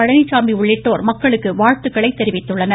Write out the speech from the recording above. பழனிச்சாமி உள்ளிட்டோர் மக்களுக்கு வாழ்த்துக்களைத் தெரிவித்துள்ளனர்